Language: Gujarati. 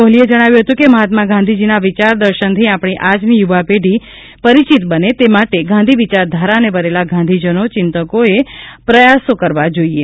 કોહલીએ જણાવ્યું હતું કે મહાત્મા ગાંધીજીના વિચાર દર્શનથી આપણી આજની યૂવા પેઢી સૂપરિચિત બને તે માટે ગાંધી વિચાર ધારાને વરેલા ગાંધીજનો ચિંતકોએ પ્રયાસો કરવા જોઇએ